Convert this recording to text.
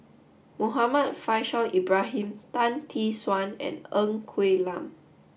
Muhammad Faishal Ibrahim Tan Tee Suan and Ng Quee Lam